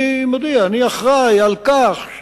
אני מודיע: אני אחראי לכך,